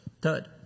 Third